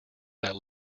that